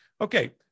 Okay